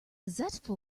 zestful